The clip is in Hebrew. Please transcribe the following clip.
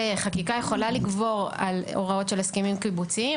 חקיקה יכולה לגבור על הוראות של הסכמים קיבוציים,